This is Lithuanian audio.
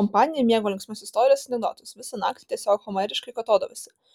kompanija mėgo linksmas istorijas ir anekdotus visą naktį tiesiog homeriškai kvatodavosi